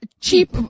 cheap